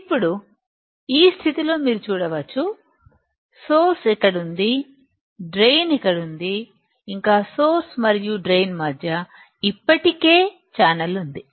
ఇప్పుడు ఈ స్థితిలో మీరు చూడవచ్చు సోర్స్ ఇక్కడ ఉందిడ్రైన్ ఇక్కడ ఉంది ఇంకా సోర్స్ మరియు డ్రైన్ మధ్య ఇప్పటికే ఛానల్ ఉంది